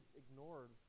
ignored